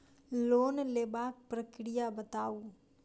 Loan लेबाक प्रक्रिया बताऊ?